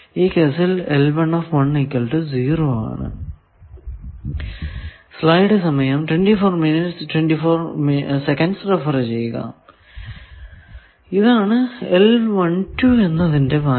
ഈ കേസിൽ ഇതാണ് എന്നതിന്റെ വാല്യൂ